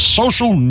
social